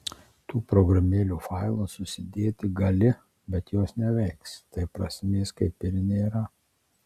tų programėlių failus susidėti gali bet jos neveiks tai prasmės kaip ir nėra